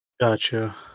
Gotcha